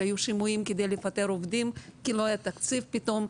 שהיו שימועים כדי לפטר עובדים כי לא היה תקציב פתאום.